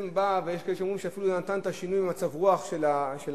יש כאלה שאומרים שהוא אפילו גרם לשינוי במצב הרוח של המדינה,